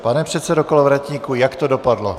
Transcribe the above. Pane předsedo Kolovratníku, jak to dopadlo?